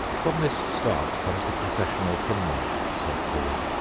from this start comes the professional criminal so-called.